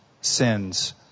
sins